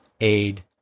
aid